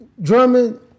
Drummond